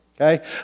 Okay